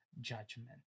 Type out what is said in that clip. judgment